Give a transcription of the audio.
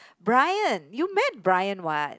Bryan you met Bryan what